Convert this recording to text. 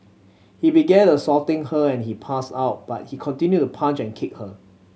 he began assaulting her and she passed out but he continued to punch and kick her